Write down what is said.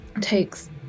takes